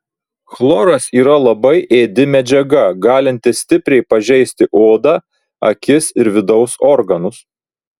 chloras yra labai ėdi medžiaga galinti stipriai pažeisti odą akis ir vidaus organus